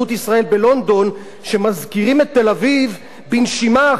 שמזכירים את תל-אביב בנשימה אחת עם סן-פרנסיסקו